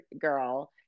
girl